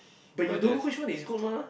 but you don't know which one is good mah